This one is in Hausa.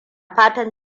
fatan